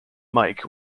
mic